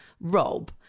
Rob